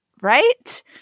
Right